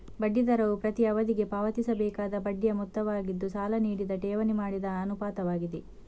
ಬಡ್ಡಿ ದರವು ಪ್ರತಿ ಅವಧಿಗೆ ಪಾವತಿಸಬೇಕಾದ ಬಡ್ಡಿಯ ಮೊತ್ತವಾಗಿದ್ದು, ಸಾಲ ನೀಡಿದ ಠೇವಣಿ ಮಾಡಿದ ಅನುಪಾತವಾಗಿದೆ